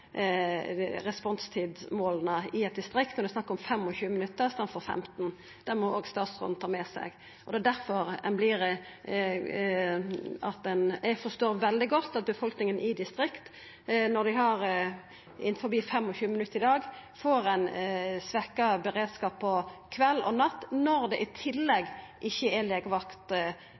responstidmåla i distrikta, når det er snakk om 25 minutt i staden for 15. Det må òg statsråden ta med seg. Eg forstår veldig godt befolkninga i distrikta, når dei innanfor 25 minutt i dag får svekt beredskap på kveld og natt og det i tillegg ikkje er